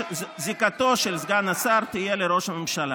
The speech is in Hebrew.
זיקתו של סגן השר תהיה לראש הממשלה.